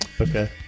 Okay